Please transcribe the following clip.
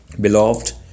Beloved